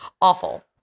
Awful